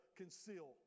conceal